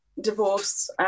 divorce